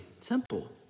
temple